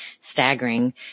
staggering